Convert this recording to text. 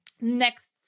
next